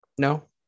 No